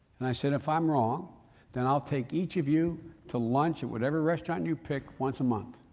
and i said, if i'm wrong then i'll take each of you to lunch at whatever restaurant you pick once a month.